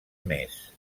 més